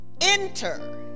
Enter